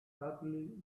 sadly